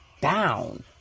down